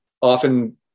often